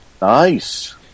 Nice